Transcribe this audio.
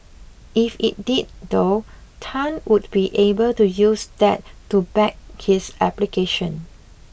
if it did though Tan would be able to use that to back his application